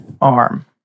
arm